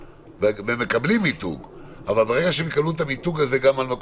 או לא אני אעדיף את מה שלא גר באזור אדום שהוא בורח לי כל